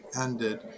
ended